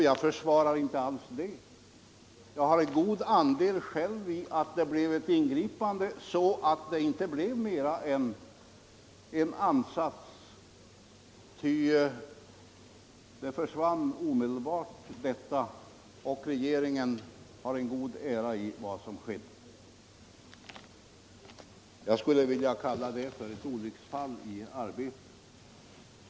Jag försvarar inte alls detta; jag har själv stor andel i att det blev ett ingripande i rätt tid så att ärendet stoppades, och regeringen har en god ära i vad som skett. Denna händelse skulle jag vilja kalla för ett olycksfall i arbetet.